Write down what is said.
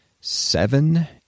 seven